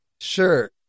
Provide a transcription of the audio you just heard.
sure